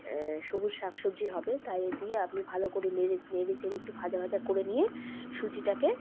সবুজ শাক সবজি হবে তাই দিয়ে আপনি ভালো করে নেড়ে নেড়ে চড়ে একটু ভাজা ভাজা করে নিয়ে সুজিটাকে